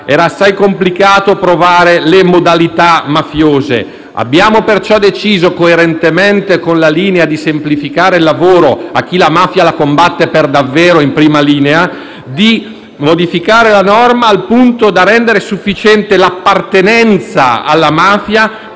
era assai complicato provare le modalità mafiose; abbiamo perciò deciso, coerentemente con la linea di semplificare il lavoro a chi la mafia la combatte per davvero in prima linea, di modificare la norma al punto da rendere sufficiente l'appartenenza alla mafia